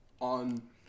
on